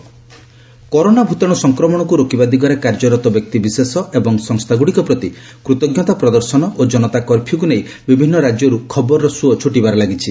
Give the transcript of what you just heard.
ଜନତା curfew ଷ୍ଟେଟର୍ସ୍ corona ଭୂତାଣୁ ସଂକ୍ରମଣକୁ ରୋକିବା ଦିଗରେ କାର୍ଯ୍ୟରତ ବ୍ୟକ୍ତିବିଶେଷ ଓ ସଂସ୍ଥାଗୁଡିକ ପ୍ରତି କୃତ୍କତା ପ୍ରଦର୍ଶନ ଓ ଜନତା କର୍ଫ୍ୟୁକୁ ନେଇ ବିଭିନ୍ନ ରାଜ୍ୟରୁ ଖବରର ସୁଅ ଛୁଟିବାର ଲାଗିଛି